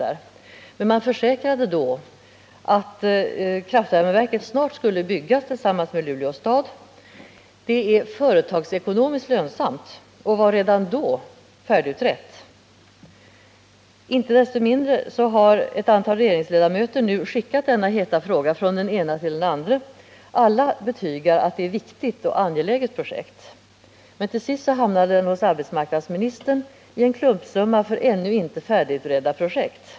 De försäkrade dock att kraftvärmeverket snart skulle byggas i samarbete med Luleå stad. Ett sådant projekt är samhällsekonomiskt lönsamt och var redan då färdigutrett. Inte desto mindre har ett antal regeringsledamöter nu skickat denna heta fråga från den ene till den andre. Alla betygar att det är ett viktigt och angeläget projekt, men till sist har det hamnat hos arbetsmarknadsministern i en klumpsumma för ännu icke färdigutredda projekt.